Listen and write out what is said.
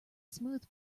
smooth